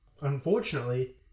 unfortunately